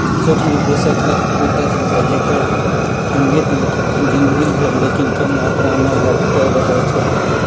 सूक्ष्म पोषक तत्व उ तत्व हइ जेकर खग्गित जिनगी भर लेकिन कम मात्र में लगइत रहै छइ